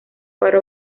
faro